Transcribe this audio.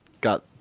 got